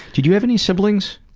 did you have any siblings?